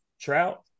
trout